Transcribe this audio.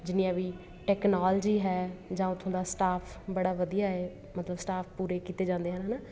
ਜਿੰਨੀਆਂ ਵੀ ਟੈਕਨੋਲਜੀ ਹੈ ਜਾਂ ਉੱਥੋਂ ਦਾ ਸਟਾਫ ਬੜਾ ਵਧੀਆ ਹੈ ਮਤਲਬ ਸਟਾਫ ਪੂਰੇ ਕੀਤੇ ਜਾਂਦੇ ਆ ਹੈ ਨਾ